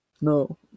No